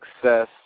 success